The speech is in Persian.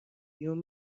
بیوم